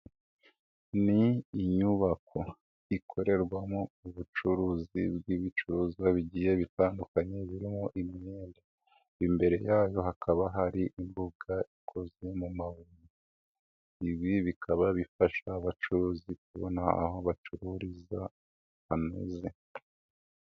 Ni inyubako ikorerwamo ubucuruzi bw'ibicuruzwa bigiye bitandukanye birimo imyenda, imbere yayo hakaba hari imbuga ikoze mu mabuye, ibi bikaba bifasha abacuruzi kubona aho bacururiza hanoze.